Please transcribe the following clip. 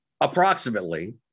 approximately